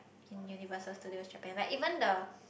in Universal-Studio-Japan like even the